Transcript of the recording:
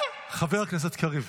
חבר הכנסת קריב,